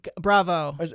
bravo